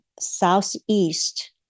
southeast